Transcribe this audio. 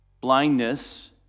blindness